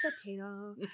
potato